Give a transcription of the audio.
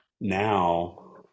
now